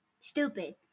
stupid